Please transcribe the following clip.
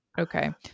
Okay